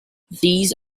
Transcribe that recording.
these